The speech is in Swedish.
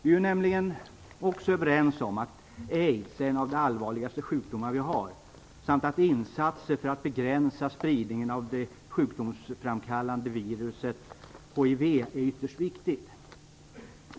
Vi är ju nämligen också överens om att aids är en av de allvarligaste sjukdomarna vi har samt att insatser för att begränsa spridningen av det sjukdomsframkallande hiv-viruset är ytterst viktiga.